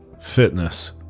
fitness